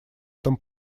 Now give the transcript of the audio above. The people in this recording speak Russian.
этом